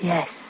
Yes